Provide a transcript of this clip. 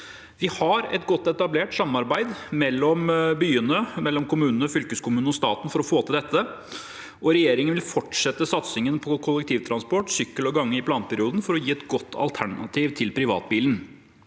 Vi har et godt etablert samarbeid mellom byene og mellom kommunene, fylkeskommunen og staten for å få til dette. Regjeringen vil fortsette satsingen på kollektivtransport, sykkel og gange i planperioden for å gi et godt alternativ til privatbilen.